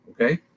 okay